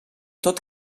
tot